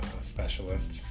specialist